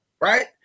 right